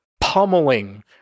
pummeling